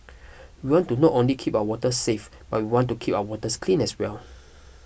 we want to not only keep our waters safe but we want to keep our waters clean as well